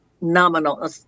nominal